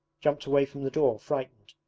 jumped away from the door, frightened,